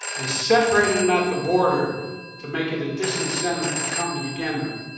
they separated them at the border to make it a disincentive to come to begin with.